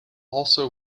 also